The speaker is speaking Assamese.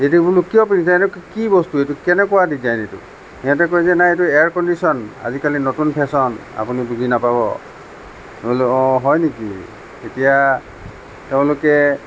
এইটো বোলো কিয় পিন্ধিছ কি বস্তু এইটো কেনেকুৱা ডিজাইন এইটো সিহঁতে কয় যে নাই এইটো এয়াৰ কণ্ডিচন আজিকালি নতুন ফেশ্বন আপুনি বুজি নেপাব বোলো অঁ হয় নেকি তেতিয়া তেওঁলোকে